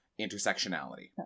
intersectionality